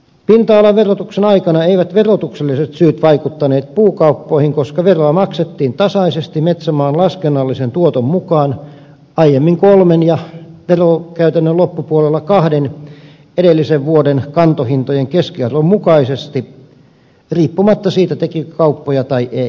pinta alaverotuksen aikana eivät verotukselliset syyt vaikuttaneet puukauppoihin koska veroa maksettiin tasaisesti metsämaan laskennallisen tuoton mukaan aiemmin kolmen ja verokäytännön loppupuolella kahden edellisen vuoden kantohintojen keskiarvon mukaisesti riippumatta siitä tekikö kauppoja vai ei